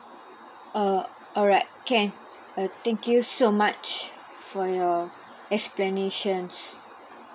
uh alright can uh thank you so much for your explanations